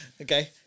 Okay